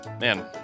man